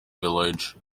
village